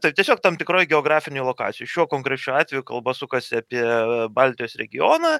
taip tiesiog tam tikroj geografinėj lokacijoj šiuo konkrečiu atveju kalba sukasi apie baltijos regioną